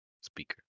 speaker